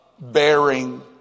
bearing